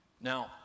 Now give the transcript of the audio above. Now